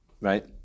right